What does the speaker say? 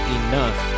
enough